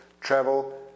travel